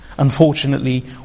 Unfortunately